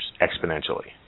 exponentially